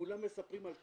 כולם מספרים על תקנים,